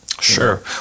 Sure